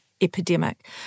epidemic